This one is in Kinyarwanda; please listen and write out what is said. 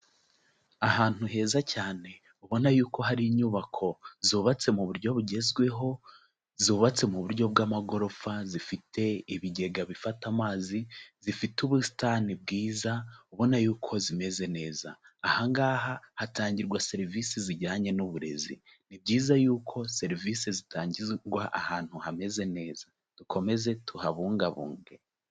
Ahantu heza cyane ubona yuko hari inyubako zubatse mu buryo bugezweho, zubatse mu buryo bw'amagorofa zifite ibigega bifata amazi, zifite ubusitani bwiza, ubona yuko zimeze neza, aha ngaha hatangirwa serivisi zijyanye n'uburezi. Ni byiza yuko serivisi zitangirwa ahantu hameze neza, dukomeze tuhabungabunge.